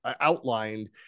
outlined